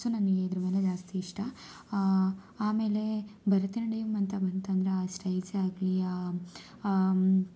so ನನಗೆ ಇದರ ಮೇಲೆ ಜಾಸ್ತಿ ಇಷ್ಟ ಆಮೇಲೆ ಭರತನಾಟ್ಯಂ ಅಂತ ಬಂತಂದರೆ ಆ ಸ್ಟೈಲ್ಸೇ ಆಗಲಿ